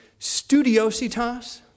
studiositas